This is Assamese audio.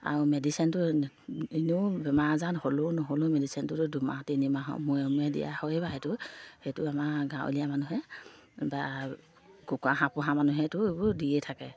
আৰু মেডিচিনটো এনেও বেমাৰ আজাৰ হ'লেও নহ'লেও মেডিচিনটোতো দুমাহ তিনি মাহৰ মূৰে মূৰে দিয়া হয় বা সেইটো সেইটো আমাৰ গাঁৱলীয়া মানুহে বা কুকুৰা হাঁহ পোহা মানুহেতো এবোৰ দিয়ে থাকে